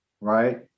right